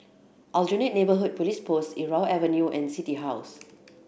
Aljunied Neighbourhood Police Post Irau Avenue and City House